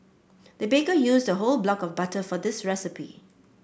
the baker used a whole block of butter for this recipe